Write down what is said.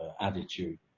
attitude